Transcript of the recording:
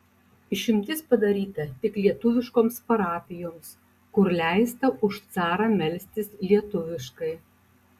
išimtis padaryta tik lietuviškoms parapijoms kur leista už carą melstis lietuviškai